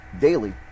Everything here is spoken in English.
daily